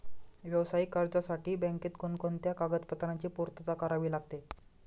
व्यावसायिक कर्जासाठी बँकेत कोणकोणत्या कागदपत्रांची पूर्तता करावी लागते?